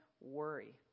worry